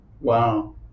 Wow